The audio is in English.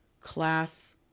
class